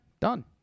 done